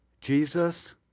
Jesus